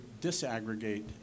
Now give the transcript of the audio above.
disaggregate